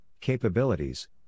capabilities